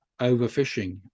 overfishing